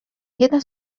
jedno